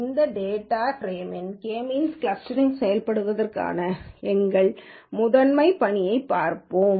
இப்போது டேட்டாச் பிரேமில் கே மீன்ஸ் கிளஸ்டரிங் செயல்படுத்துவதற்கான எங்கள் முதன்மை பணியைப் பார்ப்போம்